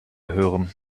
hören